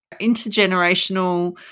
intergenerational